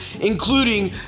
including